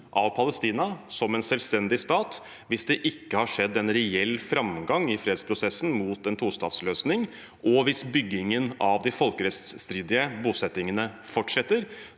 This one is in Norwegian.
Palestina som en selvstendig stat hvis det ikke skjedde en reell framgang i fredsprosessen mot en tostatsløsning, og hvis byggingen av folkerettsstridige bosettinger fortsatte.